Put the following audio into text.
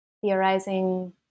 theorizing